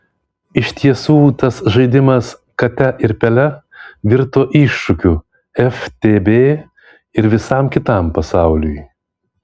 iš tiesų tas žaidimas kate ir pele virto iššūkiu ftb ir visam kitam pasauliui